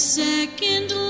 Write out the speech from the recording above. second